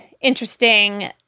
interesting